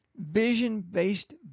Vision-based